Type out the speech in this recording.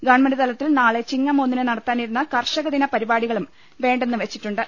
government തലത്തിൽ നാളെ ചിങ്ങം ഒന്നിന് നടത്താനി രുന്ന കർഷകദിന പരിപാടികളും വേണ്ടെന്ന് വെച്ചിട്ടുണ്ട്